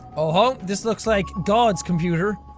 ah ho, this looks like god's computer.